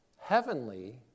heavenly